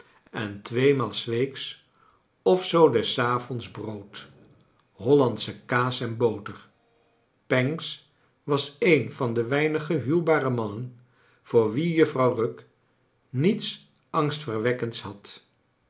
en tweemaal s weeks of zoo des avonds brood hollandsche kaas en boter pancks was een van de weinige huwbare mannen voor wie juffrouw rugg niets angstverwekkends had